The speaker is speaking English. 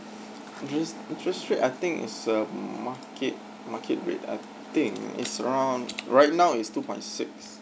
interest interest rate I think is um market market rate I think it's around right now is two point six